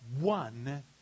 one